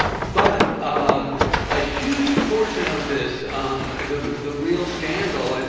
but um a huge portion of this, um the the real scandal, and